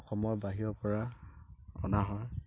অসমৰ বাহিৰ পৰা অনা হয়